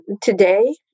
today